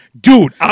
Dude